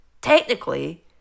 technically